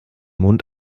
mund